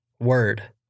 word